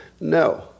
No